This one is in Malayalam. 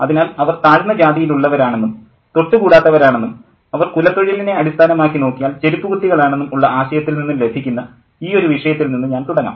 അതിനാൽ അവർ താഴ്ന്ന ജാതിയിൽ ഉള്ളവരാണെന്നും തൊട്ടുകൂടാത്തവരാണെന്നും അവർ കുലത്തൊഴിലിനെ അടിസ്ഥാനമാക്കി നോക്കിയാൽ ചെരുപ്പുകുത്തികളാണെന്നും ഉള്ള ആശയത്തിൽ നിന്നും ലഭിക്കുന്ന ഈയൊരു വിഷയത്തിൽ നിന്ന് ഞാൻ തുടങ്ങാം